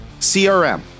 CRM